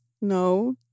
no